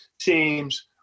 teams